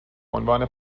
عنوان